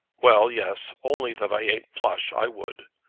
well, yes only that i ain't flush, i would.